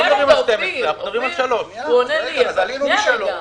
אנחנו לא מדברים על 12,